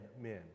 men